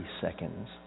seconds